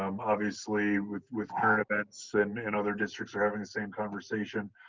um obviously with with current events and and other districts having the same conversation,